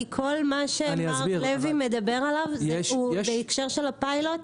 כי כל מה שמר לוי מדבר עליו הוא בהקשר של הפיילוט,